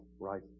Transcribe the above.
right